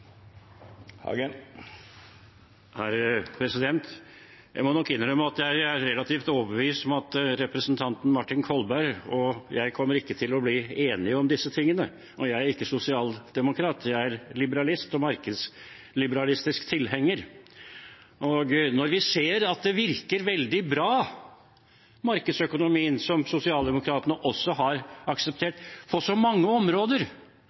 Jeg må nok innrømme at jeg er relativt overbevist om at representanten Martin Kolberg og jeg ikke kommer til å bli enige om disse tingene – og jeg er ikke sosialdemokrat, jeg er liberalist og markedsliberalistisk tilhenger. Når vi ser at markedsøkonomien, som sosialdemokratene også har akseptert, virker veldig bra på så mange områder,